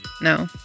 No